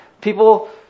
people